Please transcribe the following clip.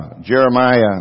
Jeremiah